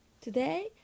today